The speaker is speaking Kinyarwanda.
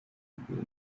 kugwira